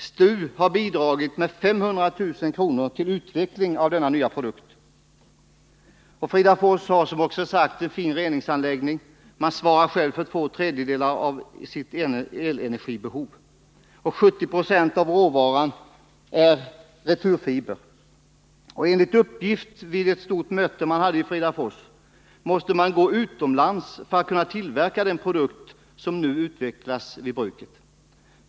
STU har bidragit med 500 000 kr. till utveckling av den. Fridafors har, vilket också har nämnts, en fin reningsanläggning och man svarar själv för två tredjedelar av sitt elenergibehov. 70 96 av råvaran är returfiber. Enligt uppgift vid ett stort möte i Fridafors måste man gå utomlands för att kunna tillverka den produkt som nu utvecklas vid bruket.